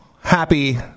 happy